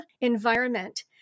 environment